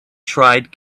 tried